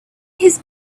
his